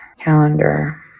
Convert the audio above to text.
calendar